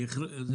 היא דיברה על זה.